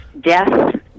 death